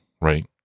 right